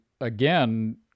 again